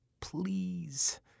please